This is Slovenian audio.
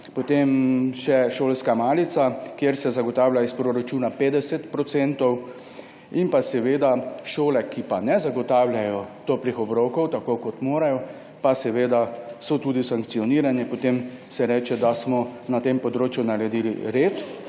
potem še šolska malica, kjer se zagotavlja iz proračuna 50 %. Šole, ki pa ne zagotavljajo toplih obrokov, tako kot jih morajo, pa so tudi sankcionirane. Potem se lahko reče, da smo na tem področju naredili red.